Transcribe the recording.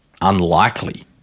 unlikely